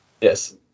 Yes